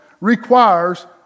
requires